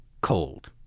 cold